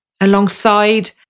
alongside